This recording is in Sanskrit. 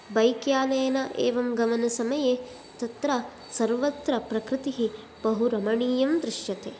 बैक् यानेन एवं गमनसमये तत्र सर्वत्र प्रकृतिः बहु रमणीयं दृश्यते